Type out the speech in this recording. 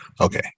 Okay